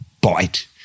bite